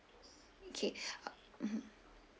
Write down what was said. okay uh mmhmm